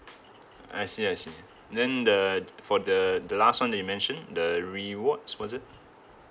I see I see then the for the the last one that you mentioned the rewards was it